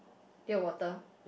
pail of water